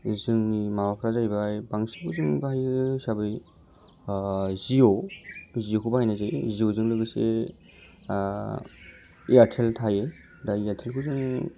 जोंनि माबाफ्रा जाहैबाय बांसिन जों बाहायनाय हिसाबै जिय' जिय'खौ बाहायनाय जायो जिय'जों लोगोसे एयारटेल थायो दा एयारटेलखौ जों